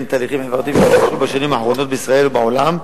תהליכים חברתיים שהתרחשו בשנים האחרונות בישראל ובעולם,